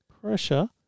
pressure